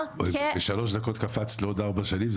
--- בשלוש דקות קפצת לעוד ארבע שנים,